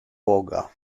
boga